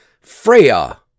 Freya